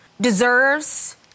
deserves